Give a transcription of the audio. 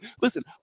listen